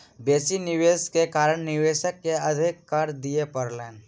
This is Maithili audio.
बेसी निवेश के कारण निवेशक के अधिक कर दिअ पड़लैन